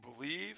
believe